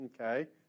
okay